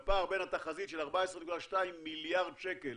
הפער בין התחזית של 14.2 מיליארד שקל